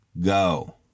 go